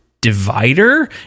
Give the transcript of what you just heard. divider